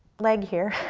leg here,